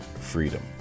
freedom